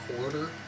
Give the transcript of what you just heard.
quarter